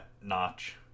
notch